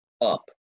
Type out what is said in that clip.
up